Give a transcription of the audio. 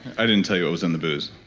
i didn't tell you what was in the booze.